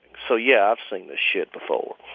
so, yeah, i've seen this shit before